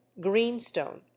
greenstone